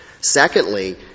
Secondly